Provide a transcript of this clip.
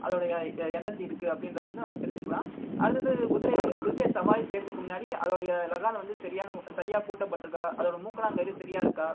அதோடய எனர்ஜி இருக்குது அப்படினு வந்து நாம் தெரிஞ்சுக்கலாம் அடுத்தது குதிரை குதிரையை சவாரி செய்கிறதுக்கு முன்னாடி அதோடய லகான் வந்து சரியான சரியாக பூட்டப்பட்டிருக்கா அதோடய மூக்கணாங்கயிறு சரியா இருக்கா